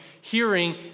hearing